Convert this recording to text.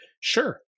sure